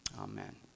Amen